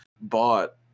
bought